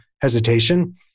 hesitation